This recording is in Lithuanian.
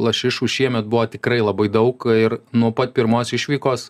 lašišų šiemet buvo tikrai labai daug ir nuo pat pirmos išvykos